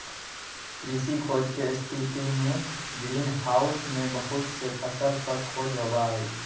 कृषि खोज के स्थितिमें ग्रीन हाउस में बहुत से फसल पर खोज होबा हई